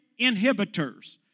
inhibitors